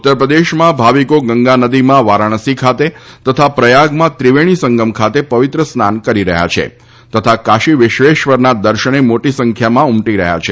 ઉતર પ્રદેશમાં ભાવિકો ગંગા નદીમાં વારાણસી ખાતે તથા પ્રયાગમાં ત્રિવેણી સંગમ ખાતે પવિત્ર સ્નાન કરી રહ્યા છે તથા કાશી વિશ્વેશ્વરના દર્શને મોટી સંખ્યામાં ઉમટી રહ્યા છે